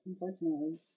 unfortunately